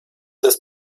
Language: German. ist